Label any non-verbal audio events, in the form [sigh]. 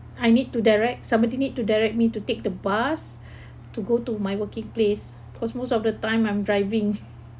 I need to direct subordinate need to direct me to take the bus [breath] to go to my working place because most of the time I'm driving